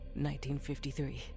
1953